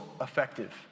effective